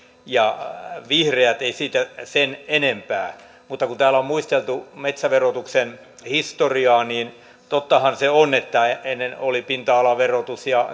ja vihreät ei siitä sen enempää mutta kun täällä on muisteltu metsäverotuksen historiaa niin tottahan se on että ennen oli pinta alaverotus ja